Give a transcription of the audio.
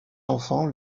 enfants